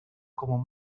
como